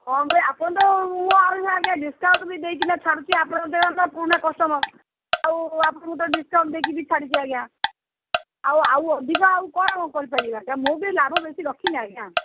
ହଁ ଯେ ଆସନ୍ତୁ ଆଉ ମୁଁ ଆହୁରି ଆଜ୍ଞା ଡିସ୍କାଉଣ୍ଟ ବି ଦେଇକିନା ଛାଡ଼ୁଛି ଆପଣ ଯେହେତୁ ପୁରୁଣା କଷ୍ଟମର୍ ଆଉ ଆପଣଙ୍କୁ ତ ଡିସ୍କାଉଣ୍ଟ ଦେଇକିରି ଛାଡ଼ିଛି ଆଜ୍ଞା ଆଉ ଆଉ ଅଧିକା ଆଉ କ'ଣ ମୁଁ କରିପାରିବି ଆଜ୍ଞା ମୁଁ ବି ଲାଭ ବେଶୀ ରଖିନି ଆଜ୍ଞା